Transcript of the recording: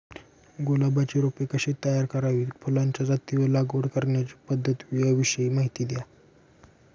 गुलाबाची रोपे कशी तयार करावी? फुलाच्या जाती व लागवड करण्याची पद्धत याविषयी माहिती द्या